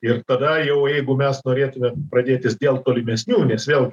ir tada jau jeigu mes norėtumėm pradėtis dėl tolimesnių nes vėl